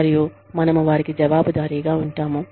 మరియు మనము వారికి జవాబుదారీగా ఉంటాము